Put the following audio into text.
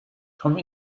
come